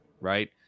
right